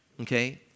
okay